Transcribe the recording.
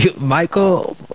Michael